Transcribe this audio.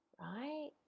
right